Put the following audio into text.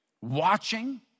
watching